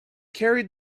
carried